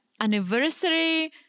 anniversary